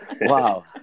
Wow